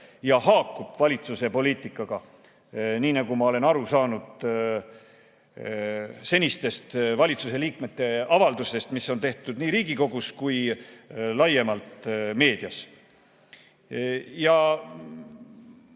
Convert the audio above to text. ja haakub valitsuse poliitikaga, nii nagu ma olen aru saanud senistest valitsuse liikmete avaldustest, mis on tehtud nii Riigikogus kui laiemalt meedias. Hanno